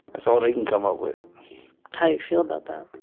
that's all they can come up with how do you feel about that?